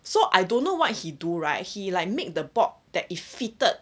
so I don't know what he do right he like make the board that it fitted